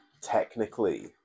technically